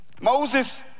Moses